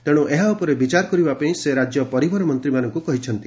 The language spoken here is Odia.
ତେଣୁ ଏହା ଉପରେ ବିଚାର କରିବା ପାଇଁ ସେ ରାଜ୍ୟ ପରିବହନ ମନ୍ତ୍ରୀମାନଙ୍କୁ କହିଛନ୍ତି